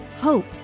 hope